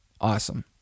awesome